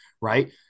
right